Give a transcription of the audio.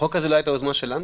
החוק הזה לא היה יוזמה שלנו?